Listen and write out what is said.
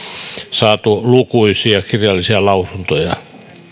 olemme saaneet lukuisia kirjallisia lausuntoja